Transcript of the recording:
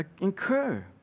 incur